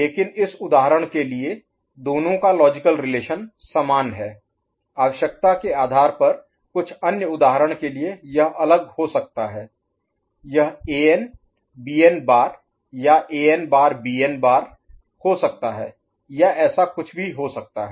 लेकिन इस उदाहरण के लिए दोनों का लॉजिकल रिलेशन समान है आवश्यकता के आधार पर कुछ अन्य उदाहरण के लिए यह अलग हो सकता है यह An Bn बार या An बार Bn बार हो सकता है या ऐसा कुछ भी हो सकता है